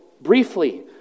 briefly